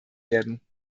werden